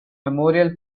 memorial